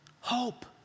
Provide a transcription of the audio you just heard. hope